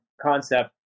concept